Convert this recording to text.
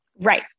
Right